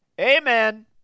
Amen